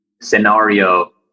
scenario